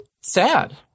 sad